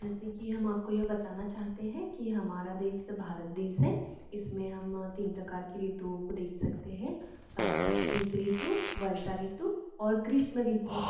जैसे की हम आपको यह बताना चाहते हैं कि हमारा देश भारत देश हैं इसमे हम तीन प्रकार के ऋतुओं को देख सकते हैं शीत ऋतु वर्षा ऋतु और ग्रीष्म ऋतु